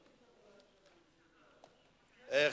6780, 6787, 6795,